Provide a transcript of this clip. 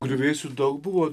griuvėsių daug buvo